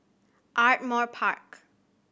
Ardmore Park